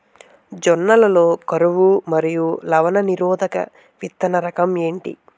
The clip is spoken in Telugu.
జొన్న లలో కరువు మరియు లవణ నిరోధక విత్తన రకం ఏంటి?